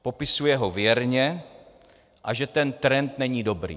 Popisuje ho věrně, a že ten trend není dobrý.